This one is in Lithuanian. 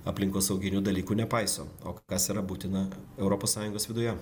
aplinkosauginių dalykų nepaiso o kas yra būtina europos sąjungos viduje